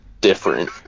different